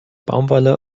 baumwolle